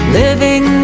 living